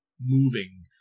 moving